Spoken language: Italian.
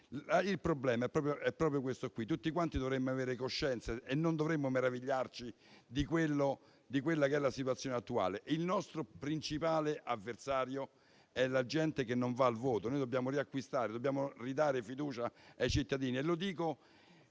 Il problema è proprio questo: tutti quanti dovremmo avere coscienza e non dovremmo meravigliarci della situazione attuale. Il nostro principale avversario è la gente che non vota. Noi dobbiamo ridare fiducia ai cittadini.